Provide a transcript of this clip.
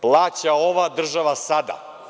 Plaća ova država sada.